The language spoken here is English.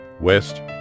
West